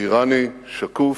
אירני שקוף,